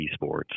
esports